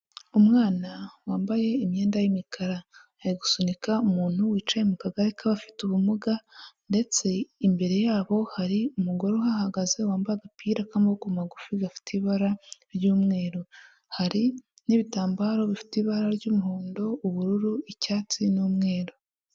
Umwana wambaye imyenda y'imikara, ari gusunika umuntu wicaye mu kagare k'abafite ubumuga, ndetse imbere yabo hari umugore uhahagaze wambaye agapira k'amaboko magufi gafite ibara ry'umweru. Hari n'ibitambaro bifite ibara ry'umuhondo, ubururu, icyatsi n'umweru.